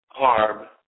carb